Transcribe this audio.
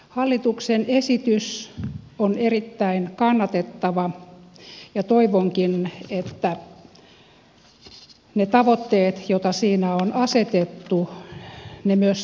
hallituksen esitys on erittäin kannatettava ja toivonkin että ne tavoitteet joita siinä on asetettu myös saavutetaan